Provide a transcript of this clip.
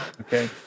okay